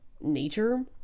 nature